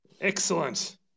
Excellent